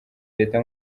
leta